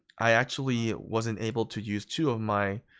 i actually wasn't able to use two of my